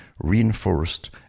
reinforced